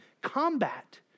combat